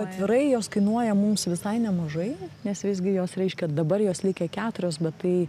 atvirai jos kainuoja mums visai nemažai nes visgi jos reiškia dabar jos likę keturios bet tai